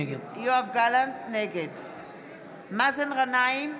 נגד מאזן גנאים,